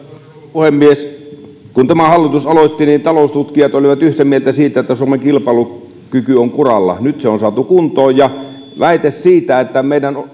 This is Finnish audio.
puhemies kun tämä hallitus aloitti niin taloustutkijat olivat yhtä mieltä siitä että suomen kilpailukyky on kuralla nyt se on saatu kuntoon ja väite siitä että meidän